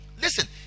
Listen